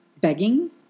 begging